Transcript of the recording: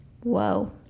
Whoa